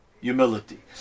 humility